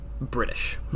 British